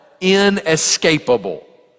inescapable